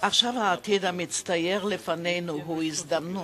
עכשיו העתיד המצטייר לפנינו הוא הזדמנות.